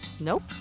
nope